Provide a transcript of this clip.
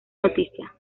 noticia